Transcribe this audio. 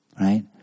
Right